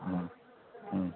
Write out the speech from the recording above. হুম হুম